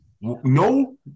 No